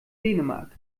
dänemark